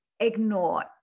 ignore